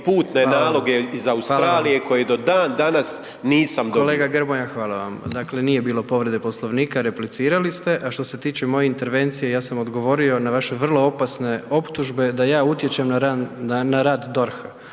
putne naloge iz Australije koje do dan danas nisam dobio. **Jandroković, Gordan (HDZ)** Kolega Grmoja, hvala vam. Dakle nije bilo povrede Poslovnika, replicirali ste. A što se tiče moje intervencije ja sam odgovorio na vaše vrlo opasne optužbe da ja utječem na rad DORH-a.